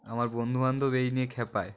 আমার বন্ধুবান্ধব এই নিয়ে খেপায়